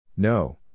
No